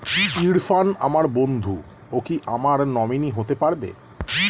ইরফান আমার বন্ধু ও কি আমার নমিনি হতে পারবে?